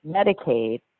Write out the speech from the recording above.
Medicaid